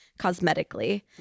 cosmetically